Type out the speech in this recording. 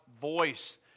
voice